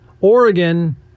Oregon